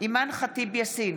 אימאן ח'טיב יאסין,